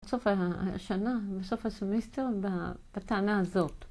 ‫בסוף השנה, בסוף הסמיסטר, ‫בטענה הזאת.